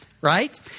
Right